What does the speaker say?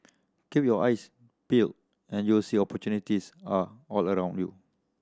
keep your eyes peeled and you will see opportunities are all around you